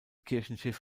kirchenschiff